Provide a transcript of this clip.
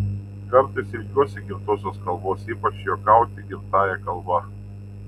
kartais ilgiuosi gimtosios kalbos ypač juokauti gimtąja kalba